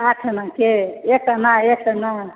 आठ आनाके एक आनाके